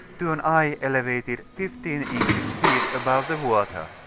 to an eye elevated fifteen english feet above the water.